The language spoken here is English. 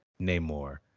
Namor